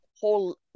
whole